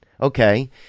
okay